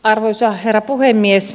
arvoisa herra puhemies